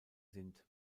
sind